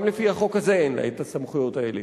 גם לפי החוק הזה אין לה הסמכויות האלה,